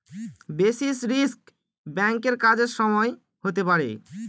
basis risk ব্যাঙ্কের কাজের সময় হতে পারে